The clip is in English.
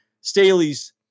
Staley's